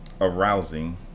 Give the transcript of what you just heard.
arousing